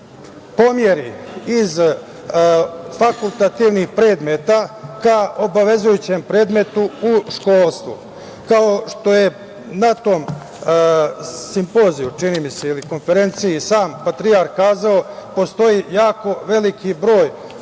pomeri iz fakultativnih predmeta ka obavezujućem predmetu u školsku. Kao što je na tom simpozijumu, čini mi se, ili konferenciji sam patrijarh kazao, postoji jako veliki broj